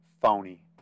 phony